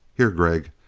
here, gregg.